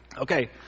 Okay